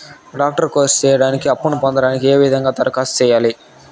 Doctor course సేయడానికి అప్పును పొందడానికి ఏ విధంగా దరఖాస్తు సేయాలి?